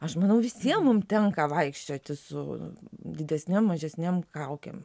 aš manau visiem mum tenka vaikščioti su didesnėm mažesnėm kaukėm